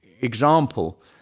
example